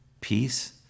peace